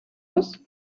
muss